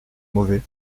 mauvais